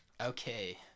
Okay